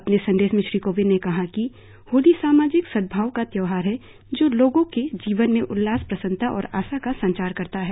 अपने संदेश में श्री कोविंद ने कहा कि होली सामाजिक सद्भाव का त्योहार है जो लोगों के जीवन में उल्लास प्रसन्नता और आशा का संचार करता है